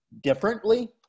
differently